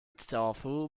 tofu